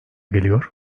geliyor